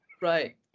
Right